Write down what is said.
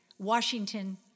Washington